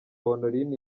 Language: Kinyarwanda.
honorine